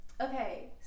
okay